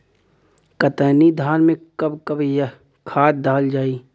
कतरनी धान में कब कब खाद दहल जाई?